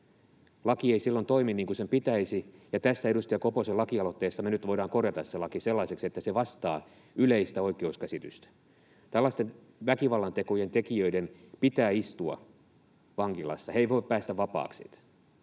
Laki ei silloin toimi niin kuin sen pitäisi, ja tällä edustaja Koposen lakialoitteella me nyt voidaan korjata se laki sellaiseksi, että se vastaa yleistä oikeuskäsitystä. Tällaisten väkivallantekojen tekijöiden pitää istua vankilassa. He eivät voi päästä vapaaksi.